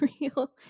real